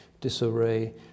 disarray